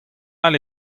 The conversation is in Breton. all